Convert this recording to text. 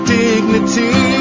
dignity